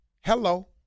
hello